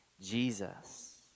Jesus